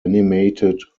animated